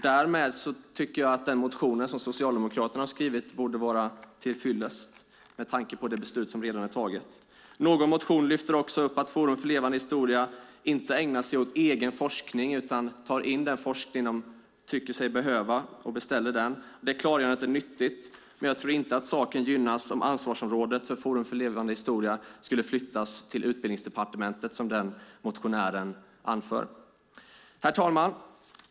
Därmed tycker jag att den motion som Socialdemokraterna har skrivit borde vara tillgodosedd, med tanke på det beslut som redan är taget. Någon motion lyfter upp att Forum för levande historia inte ägnar sig åt egen forskning utan beställer den forskning som de tycker sig behöva. Det klargörandet är nyttigt, men jag tror inte att saken gynnas om ansvaret för Forum för levande historia skulle flyttas till utbildningsdepartementet, som motionären anför. Herr talman!